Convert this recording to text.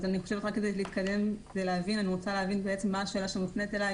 רק כדי להתקדם אני רוצה להבין מה השאלה שמופנית אליי.